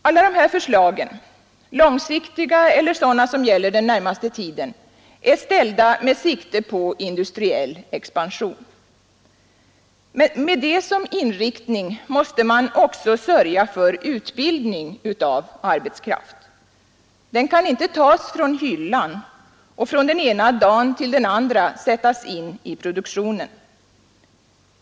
Alla dessa förslag, långsiktiga eller sådana som gäller den närmaste tiden, är ställda med sikte på industriell expansion. Med detta som inriktning måste man också sörja för utbildning av arbetskraft. De utbildade kan inte tas från hyllan och från den ena dagen till den andra sättas in i produktionen.